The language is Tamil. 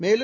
மேலும்